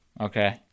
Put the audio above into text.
okay